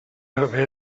haver